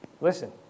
listen